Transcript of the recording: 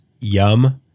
yum